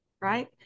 right